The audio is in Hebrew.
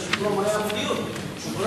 רוצה את פרוטוקול הדיון,